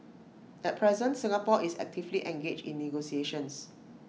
at present Singapore is actively engaged in negotiations